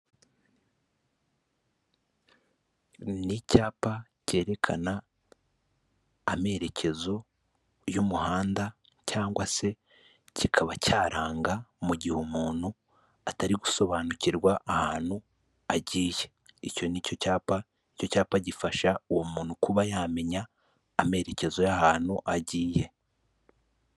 Ni icyapa kerekana amerekezo y'umuhanda cyangwa se kikaba cyaranga mu gihe umuntu atari gusobanukirwa ahantu agiye, icyo ni cyo cyapa, icyo cyapa gifasha uwo muntu kuba yamenya amerekezo y'ahantu agiye.